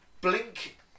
Blink